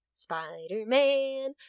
Spider-Man